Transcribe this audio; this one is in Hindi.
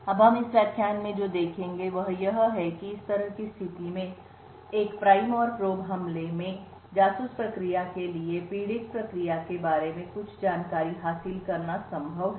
अब हम इस व्याख्यान में जो देखेंगे वह यह है कि इस तरह की स्थिति में एक प्रमुख और जांचप्राइम और प्रोब हमले में जासूस प्रक्रिया के लिए पीड़ित प्रक्रिया के बारे में कुछ जानकारी हासिल करना संभव है